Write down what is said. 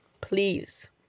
please